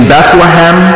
Bethlehem